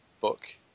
book